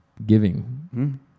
Giving